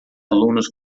alunos